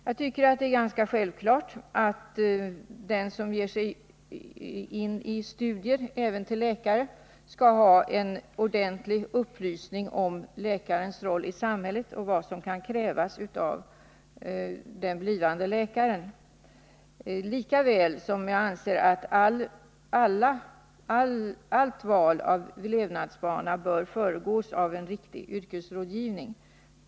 Jag tycker det är ganska självklart att den som ger sig in på studier till läkare skall ha en ordentlig upplysning om läkarens roll i samhället och vad som kan krävas av den blivande läkaren, lika väl som jag anser att allt val av levnadsbana bör föregås av en riktig yrkesrådgivning.